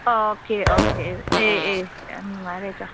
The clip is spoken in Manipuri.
ꯑꯣꯀꯦ ꯑꯣꯀꯦ ꯑꯦ ꯑꯦ ꯑꯦ ꯌꯥꯝ ꯅꯨꯡꯉꯥꯏꯔꯦꯗ